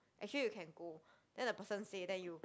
actually you can go then the person say then you